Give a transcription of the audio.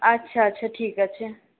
আচ্ছা আচ্ছা ঠিক আছে